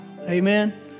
Amen